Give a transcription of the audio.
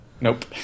Nope